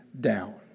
down